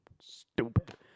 Stupid